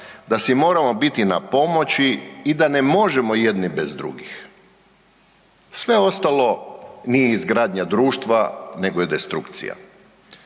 da si moramo biti na pomoći i da ne možemo jedni bez drugih. Sve ostalo nije izgradnja društva nego je destrukcija.